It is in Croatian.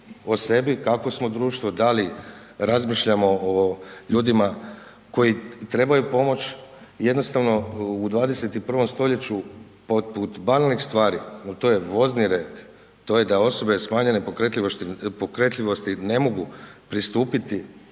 o sebi kako smo društvo, da li razmišljamo o ljudima koji trebaju pomoć, jednostavno u 21. st. poput banalnih stvari a to je vozni red, to je da osobe smanjene pokretljivosti ne mogu pristupiti